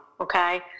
okay